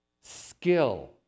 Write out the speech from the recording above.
skill